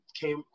came